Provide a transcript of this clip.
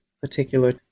particular